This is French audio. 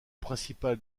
principal